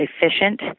efficient